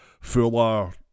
fuller